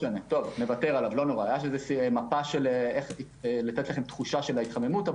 היתה מפה, לתת לכם תחושה של ההתחממות.